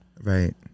Right